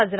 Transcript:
साजरा